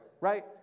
Right